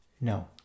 No